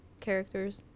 characters